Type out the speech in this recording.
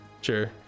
Sure